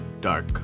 Dark